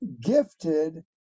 gifted